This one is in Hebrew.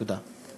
תודה.